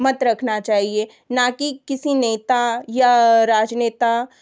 मत रखना चाहिए न की किसी नेता या राजनेता